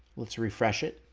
let's refresh it.